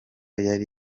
yari